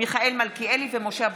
מיכאל מלכיאלי ומשה אבוטבול.